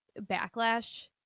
backlash